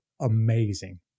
amazing